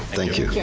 thank you.